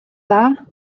dda